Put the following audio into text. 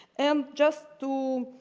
and just to